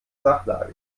sachlage